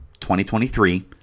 2023